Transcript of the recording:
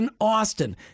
Austin